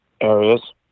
areas